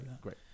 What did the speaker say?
great